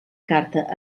carta